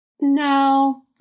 No